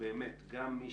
שגם מי